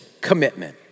commitment